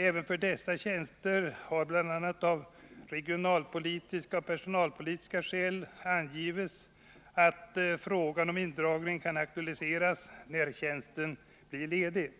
Även för dessa tjänster har av bl.a. regionalpolitiska och personalpolitiska skäl angivits att frågan om indragning kan aktualiseras, när tjänsten blir ledig.